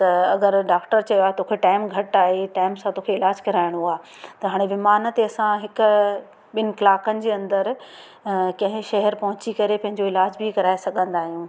त अगरि डाक्टर चयो आहे तोखे टाइम घटि आहे टाइम सां तोखे इलाजु कराइणो आहे त हाणे विमान ते असां हिक ॿिनि कलाकनि जे अंदरि कंहिं शहर पहुची करे पंहिंजो इलाज बि कराए सघंदा आहियूं